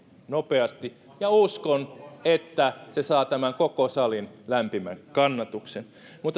nopeasti uskon että se saa koko tämän salin lämpimän kannatuksen